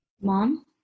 Mom